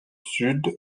sud